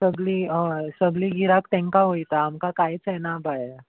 सगली हय सगली गिराक तांकां वयता आमकां कांयच येना बाय